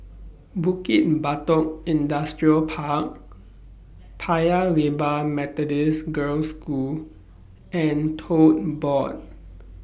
Bukit Batok Industrial Park Paya Lebar Methodist Girls' School and Tote Board